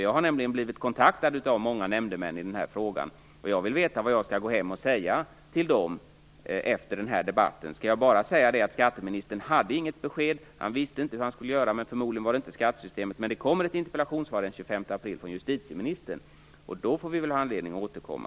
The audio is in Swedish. Jag har nämligen blivit kontaktad av många nämndemän i den här frågan, och jag vill veta vad jag skall gå hem och säga till dem efter den här debatten. Skall jag bara säga att skatteministern inte hade något besked, att han visste inte vad han skulle göra, att det förmodligen inte handlade om skattesystemet men att det kommer ett interpellationssvar den Då får vi väl anledning att återkomma.